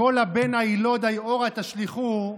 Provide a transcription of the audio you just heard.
"כל הבן היִלוֹד הַיְאֹרָה תשליכֻהו",